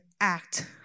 act